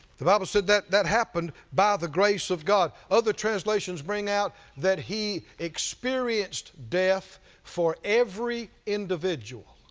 the bible said that that happened by the grace of god. other translations bring out that he experienced death for every individual.